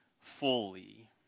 fully